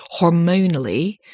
hormonally